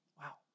Wow